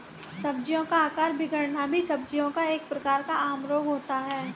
सब्जियों का आकार बिगड़ना भी सब्जियों का एक प्रकार का आम रोग होता है